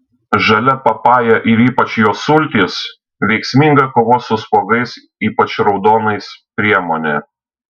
žalia papaja ir ypač jos sultys veiksminga kovos su spuogais ypač raudonais priemonė